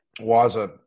Waza